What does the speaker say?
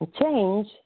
Change